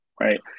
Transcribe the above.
right